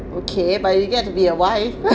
okay but you get to be a wife